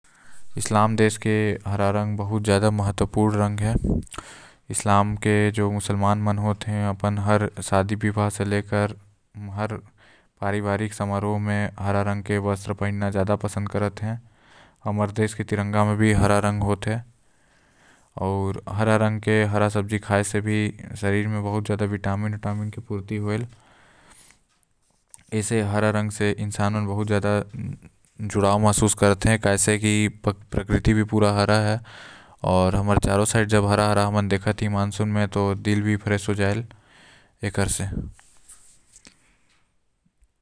इस्लाम म हरा रंग बहुत महत्वपूर्ण होएल आऊ साथ ही ओमन अपन शादी विवाह मे हरा रंग के कपड़ा पहिनने साथ हे सुबह सुबह हरा रंग के पेड़ पौधा ल देखे से आंख म तेज बघेल। हरा रंग के घास होएल आऊ पेड़ होएल आऊ पौधे।